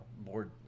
board